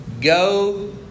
Go